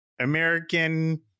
American